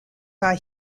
are